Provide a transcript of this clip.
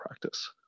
practice